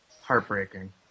heartbreaking